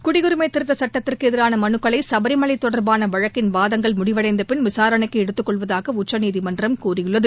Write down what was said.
குடியுரிமைசட்டத்திற்குஎதிரானமவுக்களை சபரிமலைதொடர்பானவழக்கின் வாதங்கள் முடிவடைந்தபின் விசாரணைக்குஎடுத்துக் கொள்வதாகஉச்சநீதிமன்றம் கூறியுள்ளது